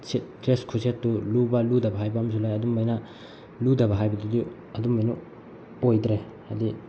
dress ꯈꯨꯁꯦꯠꯇꯨ ꯂꯨꯕ ꯂꯨꯗꯕ ꯍꯥꯏꯕ ꯑꯃꯁꯨ ꯂꯩ ꯑꯗꯨꯃꯥꯏꯅ ꯂꯨꯗꯕ ꯍꯥꯏꯕꯗꯨꯗꯤ ꯑꯗꯨꯃꯥꯏꯅ ꯑꯣꯏꯗ꯭ꯔꯦ ꯍꯥꯏꯗꯤ